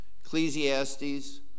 Ecclesiastes